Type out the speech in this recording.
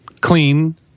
Clean